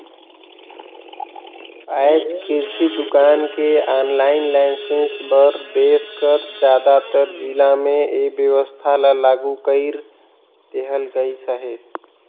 आएज किरसि दुकान के आनलाईन लाइसेंस बर देस कर जादातर जिला में ए बेवस्था ल लागू कइर देहल गइस अहे